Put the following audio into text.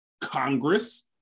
Congress